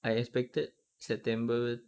I expected september